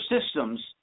systems